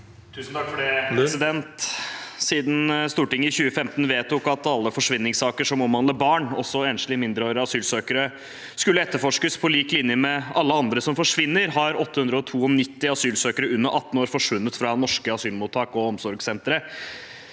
Lund (R) Siden Stor- tinget i 2015 vedtok at alle forsvinningssaker som omhandler barn, også enslige mindreårige asylsøkere, skulle etterforskes på lik linje med alle andre som forsvinner, har 892 asylsøkere under 18 år forsvunnet fra norske asylmottak og omsorgssentre.